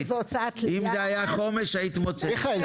אם זה היה חומש היית מוצאת.